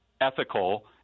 ethical